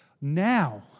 Now